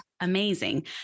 amazing